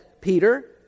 Peter